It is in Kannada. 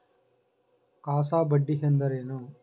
ಕಾಸಾ ಬಡ್ಡಿ ಎಂದರೇನು?